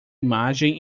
imagem